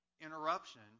interruption